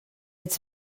ets